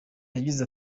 yagize